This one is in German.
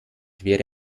wäre